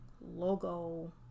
logo